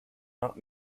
not